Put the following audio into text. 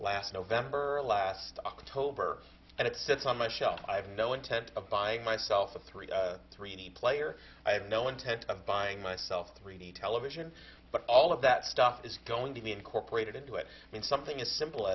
last november last october and it sits on my shelf i have no intent of buying myself a three three d player i have no intent of buying myself three d television but all of that stuff is going to be incorporated into it when something as simple